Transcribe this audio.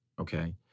okay